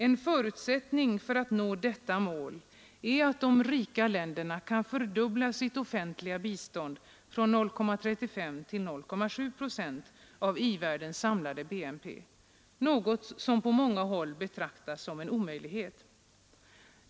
En förutsättning för att man skall nå detta mål är att de rika länderna kan fördubbla sitt offentliga bistånd från 0,35 till 0,7 procent av i-världens samlade BNP, något som på många håll betraktas som en omöjlighet.